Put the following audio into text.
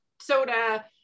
soda